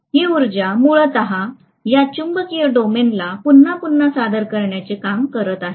ही उर्जा मूलतः या चुंबकीय डोमेनला पुन्हा पुन्हा सादर करण्याचे काम करीत आहे